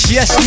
yes